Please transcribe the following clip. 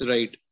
Right